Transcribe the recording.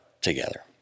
together